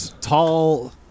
tall